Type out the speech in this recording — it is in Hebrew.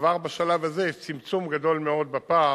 כבר בשלב הזה יש צמצום גדול בפער